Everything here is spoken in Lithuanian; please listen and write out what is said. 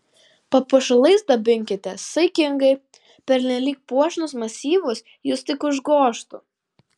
papuošalais dabinkitės saikingai pernelyg puošnūs masyvūs jus tik užgožtų